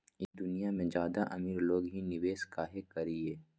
ई दुनिया में ज्यादा अमीर लोग ही निवेस काहे करई?